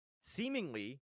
seemingly